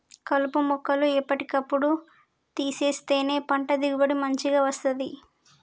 కలుపు మొక్కలు ఎప్పటి కప్పుడు తీసేస్తేనే పంట దిగుబడి మంచిగ వస్తది